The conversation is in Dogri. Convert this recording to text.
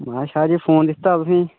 महा शाह् जी फोन दित्ता तुसेंगी